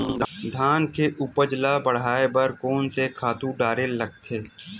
धान के उपज ल बढ़ाये बर कोन से खातु डारेल लगथे?